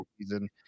season